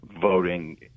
voting